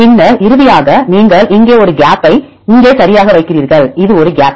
பின்னர் இறுதியாக நீங்கள் இங்கே ஒரு கேப்பை இங்கே சரியாக வைக்கிறீர்கள் இது ஒரு கேப்